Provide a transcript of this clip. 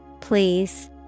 Please